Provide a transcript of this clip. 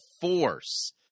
force